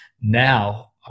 Now